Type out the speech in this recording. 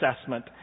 assessment